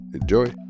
Enjoy